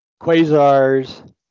quasars